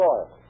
Oil